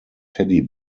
teddy